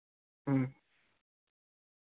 ᱦᱩᱸ